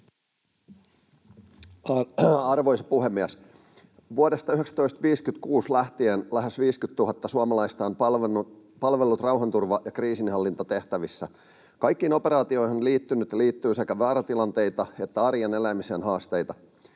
Arvoisa puhemies! Vuodesta 1956 lähtien lähes 50 000 suomalaista on palvellut rauhanturva- ja kriisinhallintatehtävissä. Kaikkiin operaatioihin on liittynyt ja liittyy sekä vaaratilanteita että arjen elämisen haasteita.